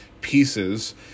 pieces